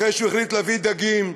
אחרי שהוא החליט להביא דגים,